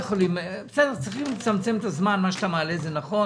צריכים לצמצם את הזמן, נכון,